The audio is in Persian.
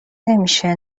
نمیشه